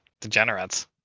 degenerates